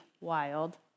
wild